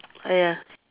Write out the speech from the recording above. !aiya!